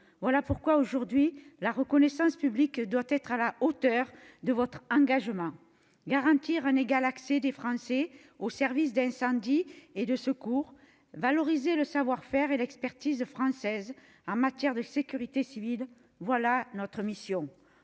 Voilà pourquoi, aujourd'hui, la reconnaissance publique doit être à la hauteur de votre engagement. Garantir un égal accès des Français aux services d'incendie et de secours, valoriser le savoir-faire et l'expertise française en matière de sécurité civile, voilà notre mission